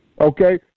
okay